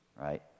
right